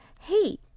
hey